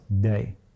day